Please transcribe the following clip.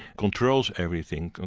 controls everything.